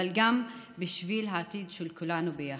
אבל גם בשביל העתיד של כולנו יחד.